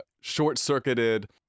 short-circuited